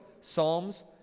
Psalms